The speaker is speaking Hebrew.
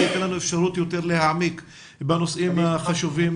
זה ייתן לנו אפשרות יותר להעמיק בנושאים החשובים